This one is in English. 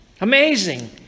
Amazing